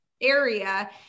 area